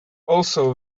also